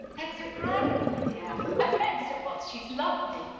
that's a grand idea i've met sir boss she's lovely.